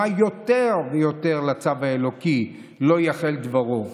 יותר ויותר לצו האלוקי "לא יחל דברו".